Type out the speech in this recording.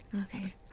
okay